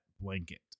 blanket